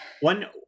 one